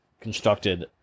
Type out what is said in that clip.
Constructed